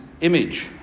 image